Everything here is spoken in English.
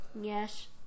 Yes